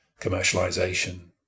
commercialization